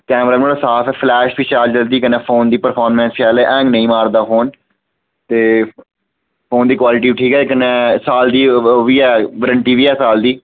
camera नोआड़ा साफ ऐ फ्लैश बी शैल चलदी कन्नै फोन दी परफार्मैंस बी शैल ऐ हैंग नेईं मारदा फोन ते फोन दी क्वालटी बी ठीक ऐ ते कन्नै साल दी वारंटी बी ऐ